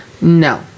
No